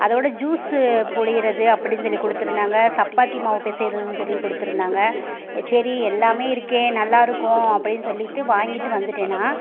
அதோடு ஜூஸ்ஸு புழியிறது அப்படின்னு சொல்லிக் கொடுத்துருந்தாங்க சப்பாத்தி மாவு பிசையிறதுன்னு சொல்லிக் கொடுத்துருந்தாங்க சரி எல்லாமே இருக்கே நல்லா இருக்கும் அப்படின்னு சொல்லிட்டு வாங்கிட்டு வந்துட்டேன் நான்